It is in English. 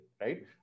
right